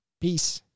Peace